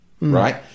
right